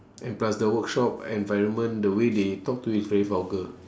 and plus the workshop environment the way they talk to you is very vulgar